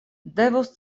devus